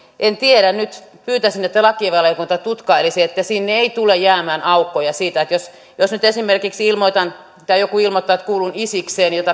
en tiedä nyt pyytäisin että lakivaliokunta tutkailisi että sinne ei tule jäämään aukkoja niin että jos jos nyt esimerkiksi joku ilmoittaa että kuulun isikseen jota